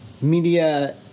media